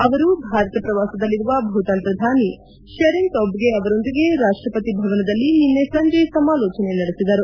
ಅವರು ಭಾರತ ಶ್ರವಾಸದಲ್ಲಿರುವ ಭೂತಾನ್ ಶ್ರಧಾನಿ ಶರೀನ್ ತೊಬ್ಗೆ ಅವರೊಂದಿಗೆ ರಾಷ್ಲಪತಿ ಭವನದಲ್ಲಿ ನಿನ್ನೆ ಸಂಜೆ ಸಮಾಲೋಚನೆ ನಡೆಸಿದರು